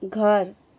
घर